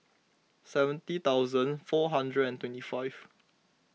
seventy thousnd four hundred and twenty five